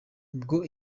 ubwo